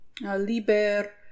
liber